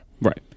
Right